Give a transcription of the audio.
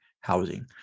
housing